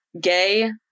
gay